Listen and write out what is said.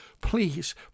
Please